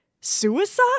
suicide